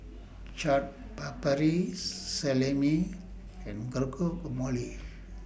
Chaat Papri Salami and Guacamole